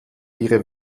ihre